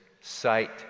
sight